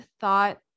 thought